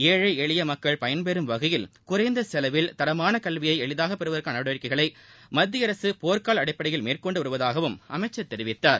ஏழை எளிய மக்கள் பயன் பெறும் வகையில் குறைந்த செலவில் தரமான கல்வியை எளிதாக பெறுவதற்கான நடவடிக்கைகளை மத்திய அரசு போர்க்கால அடிப்படையில் மேற்கொண்டு வருவதாகவும் அமைச்சர் தெரிவித்தார்